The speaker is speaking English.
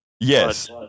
Yes